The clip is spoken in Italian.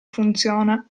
funziona